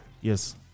Yes